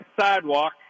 sidewalk